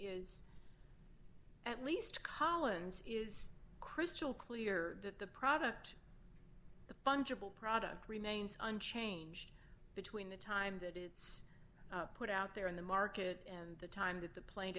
is at least collins is crystal clear that the product the fungible product remains unchanged between the time that it's put out there in the market and the time that the pla